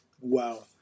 wow